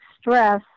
stress